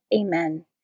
Amen